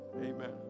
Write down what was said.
Amen